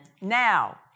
Now